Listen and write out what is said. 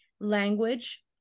language